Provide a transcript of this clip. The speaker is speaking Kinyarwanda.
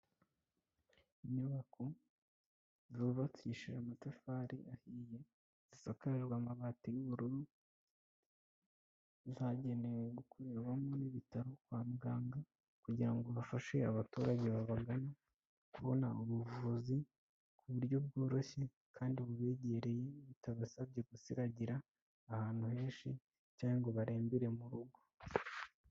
Inyubako zubakishije amatafari ahiye, zisakajwe amabati y'ubururu, zagenewe gukorerwamo n'ibitaro kwa muganga kugira ngo bafashe abaturage babagana kubona ubuvuzi ku buryo bworoshye kandi bubegereye, bitabasabye gusiragira ahantu henshi cyangwa ngo barembere mu rugo.